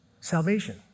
salvation